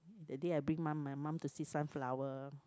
that day I bring mum my mum to see sunflower